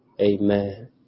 Amen